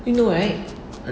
you know right